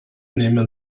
nehmen